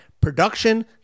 production